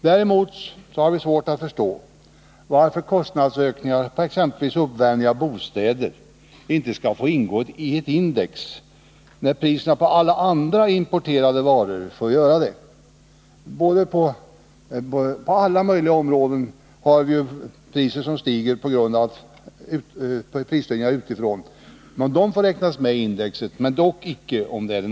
Däremot har vi svårt att förstå varför kostnadsökningar för exempelvis uppvärmning av fastigheter inte skall få ingå i ett index, när priserna på alla andra importerade varor får göra det. På en mängd olika områden blir det ju prisstegringar på grund av att priserna utomlands ökar, och dessa får räknas med i index.